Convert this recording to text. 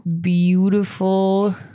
beautiful